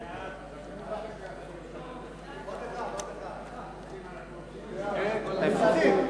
חוק לתיקון פקודת מס הכנסה (מס' 175),